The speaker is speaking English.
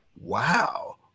wow